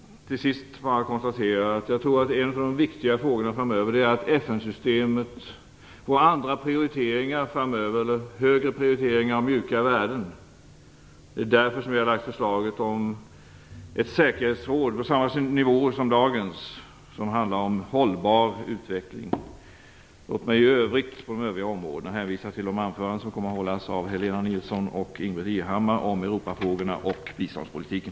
Till sist: Jag tror att en av de viktiga frågorna framöver är att FN-systemet får andra prioriteringar framöver. Det behövs högre prioriteringar om mjuka värden. Därför har vi lagt vårt förslag om ett säkerhetsråd på samma nivåer som dagens och som handlar om en hållbar utveckling. I övrigt hänvisar jag på övriga områden till de anföranden som kommer att hållas av Helena Nilsson och Ingbritt Irhammar om Europafrågorna och biståndspolitiken.